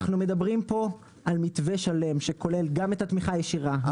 אנחנו מדברים פה על מתווה שלם שכולל גם את התמיכה הישירה,